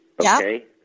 Okay